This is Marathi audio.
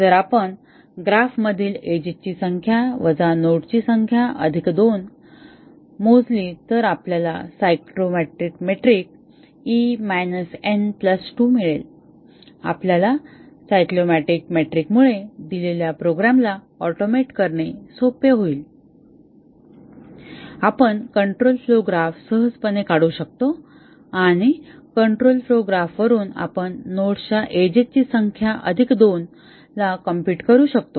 जर आपण ग्राफ मधील एजेस ची संख्या वजा नोड्सची संख्या अधिक 2 मोजली तर आपल्याला सायक्लोमॅटिक मेट्रिक e n 2 मिळेल आपल्याला सायक्लोमॅटिक मेट्रिक मुळे दिलेल्या प्रोग्रामला ऑटोमेट करणे सोपे होईल आपण कंट्रोल फ्लोव ग्राफ सहजपणे काढू शकतो आणि कंट्रोल फ्लोव ग्राफ वरून आपण नोड्सच्या एजेस ची संख्या अधिक 2 ला कॉम्प्युट करू शकतो